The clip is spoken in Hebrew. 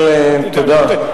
תודה.